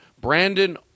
Brandon